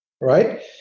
right